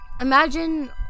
imagine